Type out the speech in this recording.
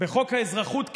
בחוק האזרחות.